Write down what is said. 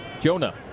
Jonah